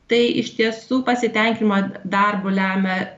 tai iš tiesų pasitenkinimą darbu lemia